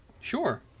Sure